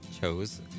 chose